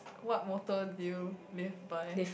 what motto do you live by